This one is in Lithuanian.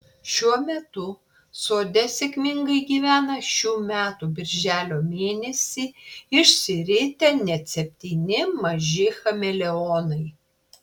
šiuo metu sode sėkmingai gyvena šių metų birželio mėnesį išsiritę net septyni maži chameleonai